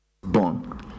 born